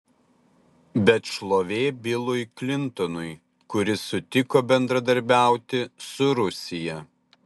bet šlovė bilui klintonui kuris sutiko bendradarbiauti su rusija